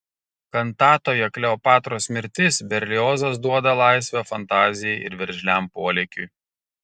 kantatoje kleopatros mirtis berliozas duoda laisvę fantazijai ir veržliam polėkiui